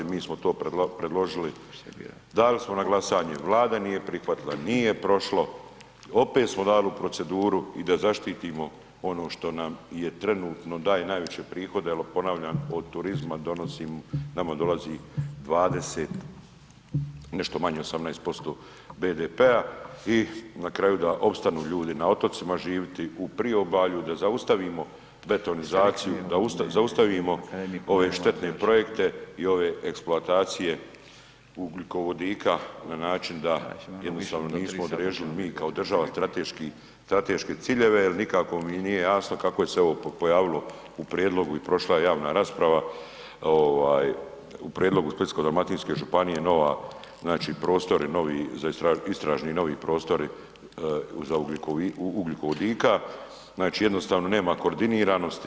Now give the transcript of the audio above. Mi smo to predložili, dali smo na glasanje, Vlada nije prihvatila, nije prošlo, opet smo dali u proceduru i da zaštitimo ono što nam trenutno daje najveće prihode, jel ponavljam, od turizma nama dolazi nešto manje od 18% BDP-a i na kraju da opstanu ljudi na otocima živjeti u Priobalju, da zaustavimo betonizaciju, da zaustavimo ove štetne projekte i ove eksploatacije ugljikovodika na način da jednostavno nismo … mi kao država strateške ciljeve jer nikako mi nije jasno kako je se ovo pojavilo u prijedlogu i prošla je javna rasprava u prijedlogu Splitsko-dalmatinske županije znači prostori istražni novi prostori za ugljikovodika, znači jednostavno nema koordiniranosti.